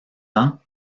ans